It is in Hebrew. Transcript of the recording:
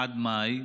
עד מאי,